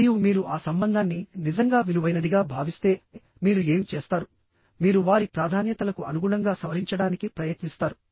మరియు మీరు ఆ సంబంధాన్ని నిజంగా విలువైనదిగా భావిస్తే మీరు ఏమి చేస్తారు మీరు వారి ప్రాధాన్యతలకు అనుగుణంగా సవరించడానికి ప్రయత్నిస్తారు